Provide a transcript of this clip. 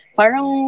parang